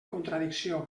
contradicció